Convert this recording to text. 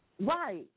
Right